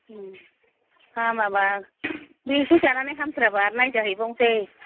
हामाबा बेखौ जानानै हामथाराबा आरो नायजाहैबावनोसै